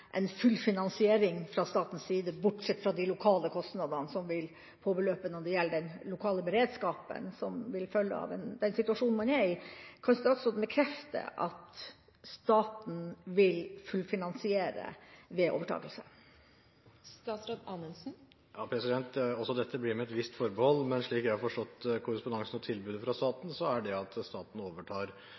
fra statens side, bortsett fra de lokale kostnadene som vil påbeløpe for den lokale beredskapen som vil følge av den situasjonen man er i. Kan statsråden bekrefte at staten vil fullfinansiere ved overtakelse? Også dette blir med et visst forbehold, men slik jeg har forstått korrespondansen og tilbudet fra staten, er det slik at staten overtar